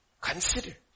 Consider